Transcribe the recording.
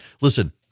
Listen